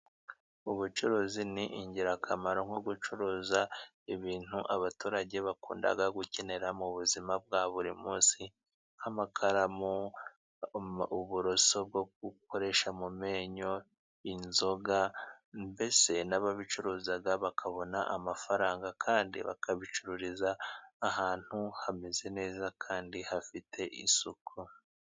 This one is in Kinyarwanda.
Ubucuruzi ni ingirakamaro, nko gucuruza ibintu abaturage bakunda gukenera mu buzima bwa buri munsi nk'amakaramu, uburoso bwo gukoresha mu menyo, inzoga mbese n'ababicuruza babona amafaranga kandi babicururiza ahantu hameze neza kandi hafite isuku.